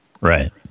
right